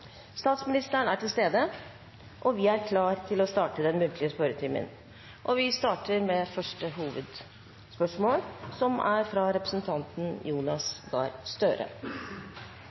vi er klare til å starte den muntlige spørretimen. Vi starter med første hovedspørsmål, fra representanten Jonas Gahr Støre.